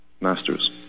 Masters